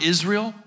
Israel